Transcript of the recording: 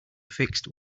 fixed